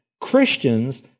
Christians